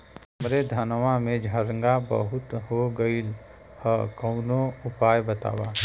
हमरे धनवा में झंरगा बहुत हो गईलह कवनो उपाय बतावा?